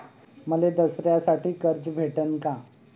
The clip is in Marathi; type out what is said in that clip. मले दसऱ्यासाठी कर्ज भेटन का?